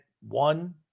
one